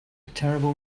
terrible